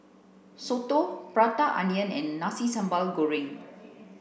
soto prata onion and nasi sambal goreng